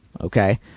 Okay